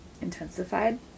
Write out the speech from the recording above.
intensified